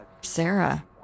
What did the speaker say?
Sarah